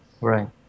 right